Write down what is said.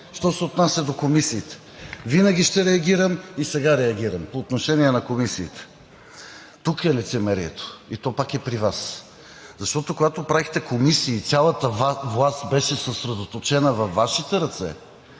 Що се отнася до комисиите – винаги ще реагирам, и сега реагирам по отношение на комисиите. Тук е лицемерието, и то пак е при Вас, защото, когато правихте комисии и цялата власт беше съсредоточена във Вашите ръце,